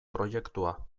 proiektua